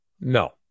No